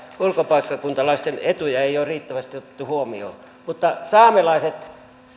ulkopaikkakuntalaisten etuja ei ole riittävästi otettu huomioon mutta saamelaiset